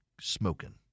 smoking